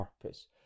purpose